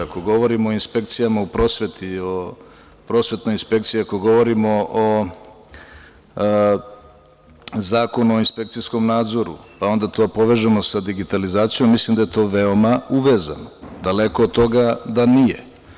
Ako govorimo o inspekcijama u prosveti, o prosvetnoj inspekciji, ako govorimo o Zakonu o inspekcijskom nadzoru, pa onda to povežemo sa digitalizacijom, onda mislim da je to veoma uvezano, daleko od toga da nije.